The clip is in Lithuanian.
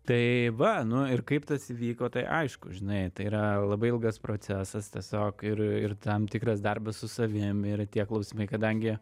tai va nu ir kaip tas įvyko tai aišku žinai tai yra labai ilgas procesas tiesiog ir ir tam tikras darbas su savim ir tie klausimai kadangi